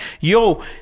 yo